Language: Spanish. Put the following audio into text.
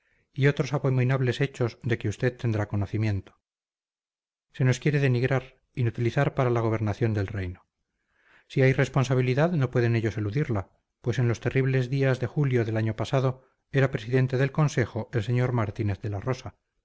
y otros abominables hechos de que usted tendrá conocimiento se nos quiere denigrar inutilizar para la gobernación del reino si hay responsabilidad no pueden ellos eludirla pues en los terribles días de julio del año pasado era presidente del consejo el sr martínez de la rosa